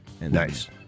Nice